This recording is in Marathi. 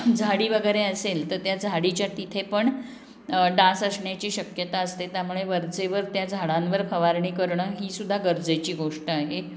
झाडी वगैरे असेल तर त्या झाडीच्या तिथे पण डास असण्याची शक्यता असते त्यामुळे वरचेवर त्या झाडांवर फवारणी करणं हीसुद्धा गरजेची गोष्ट आहे